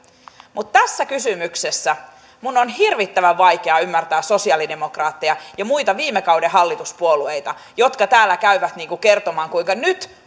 mutta tässä kysymyksessä minun on hirvittävän vaikea ymmärtää sosialidemokraatteja ja muita viime kauden hallituspuolueita jotka täällä käyvät kertomaan kuinka nyt